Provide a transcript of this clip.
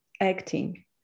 acting